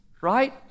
right